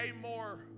more